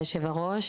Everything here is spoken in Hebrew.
תודה יושב הראש,